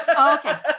Okay